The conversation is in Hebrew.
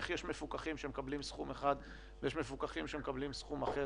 איך יש מפוקחים שמקבלים סכום אחד ומפוקחים שמקבלים סכום אחר.